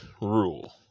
rule